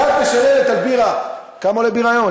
עכשיו את שואלת על בירה: כמה עולה בירה היום?